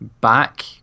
back